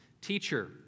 Teacher